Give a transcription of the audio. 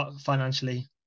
financially